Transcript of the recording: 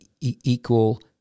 equal